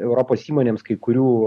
europos įmonėms kai kurių